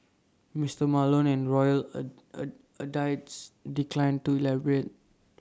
Mister Malone and royal A a A dies declined to elaborate